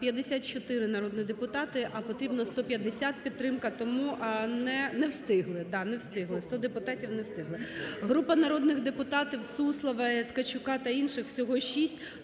54 народних депутати, а потрібно 150, підтримка, тому не встигли, так, не встигли, 100 депутатів не встигли. Група народних депутатів (Суслової, Ткачука та інших, всього 6)